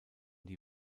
die